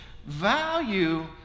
value